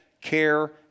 care